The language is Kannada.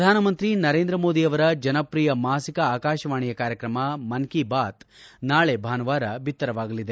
ಪ್ರಧಾನಮಂತ್ರಿ ನರೇಂದ್ರ ಮೋದಿ ಅವರ ಜನಪ್ರಿಯ ಮಾಸಿಕ ಆಕಾಶವಾಣಿಯ ಕಾರ್ಯಕ್ರಮ ಮನ್ ಕಿ ಬಾತ್ ನಾಳಿ ಭಾನುವಾರ ಬಿತ್ತರವಾಗಲಿದೆ